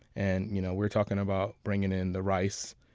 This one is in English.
and you know we're talking about bringing in the rice,